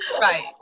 Right